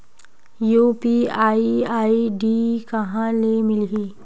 UPI ID कहां ले मिलही?